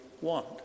want